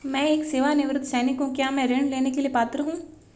मैं एक सेवानिवृत्त सैनिक हूँ क्या मैं ऋण लेने के लिए पात्र हूँ?